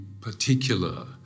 particular